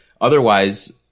Otherwise